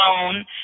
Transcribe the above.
alone